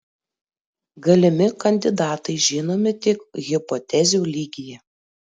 galimi kandidatai žinomi tik hipotezių lygyje